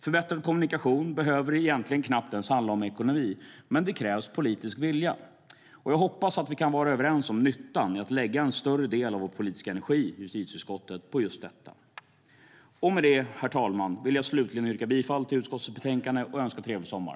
Förbättrad kommunikation behöver egentligen knappt ens handla om ekonomi, men det krävs politisk vilja. Jag hoppas att vi kan vara överens om nyttan i att lägga en större del av vår politiska energi i justitieutskottet på just detta. Herr talman! Jag vill slutligen yrka bifall till utskottets förslag i betänkandet och önska trevlig sommar.